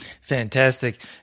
Fantastic